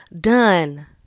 done